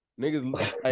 niggas